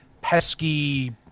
pesky